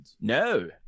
no